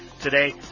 Today